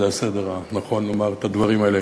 זה הסדר הנכון לומר את הדברים האלה.